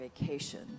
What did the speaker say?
vacation